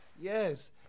Yes